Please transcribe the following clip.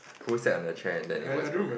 who sat on the chair and then it was broken